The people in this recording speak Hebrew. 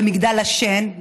במגדל השן,